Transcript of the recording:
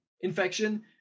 infection